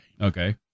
okay